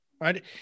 right